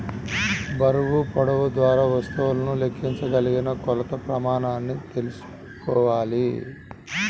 బరువు, పొడవు ద్వారా వస్తువులను లెక్కించగలిగిన కొలత ప్రమాణాన్ని తెల్సుకోవాలి